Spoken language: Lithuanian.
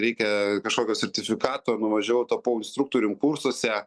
reikia kažkokio sertifikato nuvažiavau tapau instruktorium kursuose